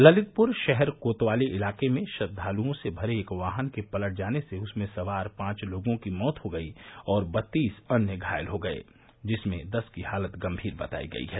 ललितपुर शहर कोतवाली इलाके में श्रद्वाल्ओं से भरे एक वाहन के पलट जाने से उसमें सवार पांच लोगों की मौत हो गई और बत्तीस अन्य घायल हो गये जिसमें दस की हालत गंभीर बताई जा रही है